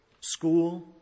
school